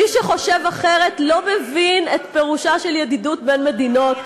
מי שחושב אחרת לא מבין את פירושה של ידידות בין מדינות,